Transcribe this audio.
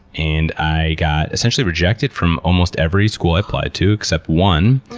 and i got, essentially, rejected from almost every school i applied to except one,